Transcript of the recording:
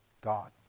God